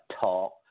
talk